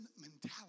mentality